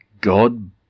God